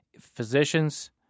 physicians